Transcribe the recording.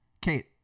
kate